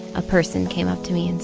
a person came up to me and